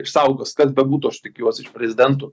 išsaugos kas bebūtų aš tikiuosi iš prezidentų